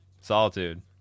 Solitude